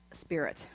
spirit